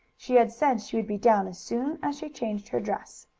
she had said she would be down as soon as she changed her dress.